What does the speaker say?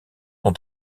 son